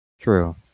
true